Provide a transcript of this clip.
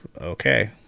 Okay